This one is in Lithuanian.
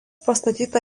pastatyta